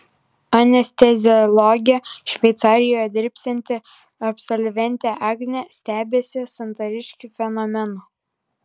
anesteziologe šveicarijoje dirbsianti absolventė agnė stebisi santariškių fenomenu